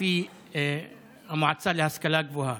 לפי המועצה להשכלה גבוהה,